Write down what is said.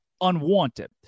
unwanted